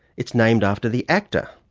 it's named after the actor.